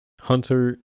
Hunter